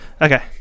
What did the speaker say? Okay